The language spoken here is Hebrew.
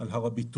ועל הר הביטוח.